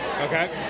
Okay